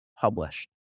published